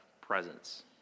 presence